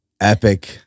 epic